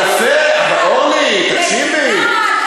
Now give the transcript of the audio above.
אלפי, אורלי, תקשיבי.